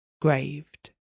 graved